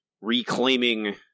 reclaiming